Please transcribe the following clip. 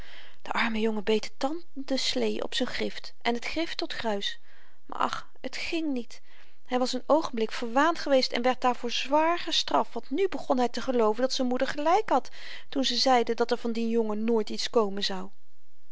de arme jongen beet de tanden slee op z'n grift en t grift tot gruis maar ach t ging niet hy was n oogenblik verwaand geweest en werd daarvoor zwaar gestraft want nu begon hy te gelooven dat z'n moeder gelyk had toen ze zeide dat er van dien jongen nooit iets komen zou